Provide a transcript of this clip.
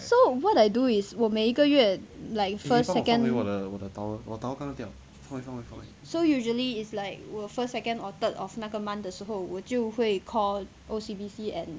so what I do is 我每一个月 like first second so usually is like will first second or third of 那个 month 的时候我就会 call O_C_B_C and